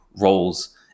roles